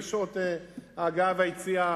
בשעות ההגעה והיציאה,